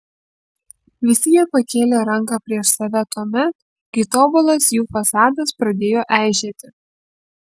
visi jie pakėlė ranką prieš save tuomet kai tobulas jų fasadas pradėjo eižėti